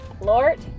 Lord